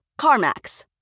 CarMax